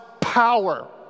power